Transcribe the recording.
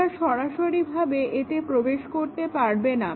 তোমরা সরাসরিভাবে এতে প্রবেশ করতে পারবে না